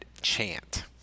chant